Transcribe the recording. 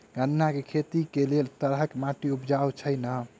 गन्ना केँ खेती केँ लेल केँ तरहक माटि उपजाउ होइ छै?